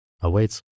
awaits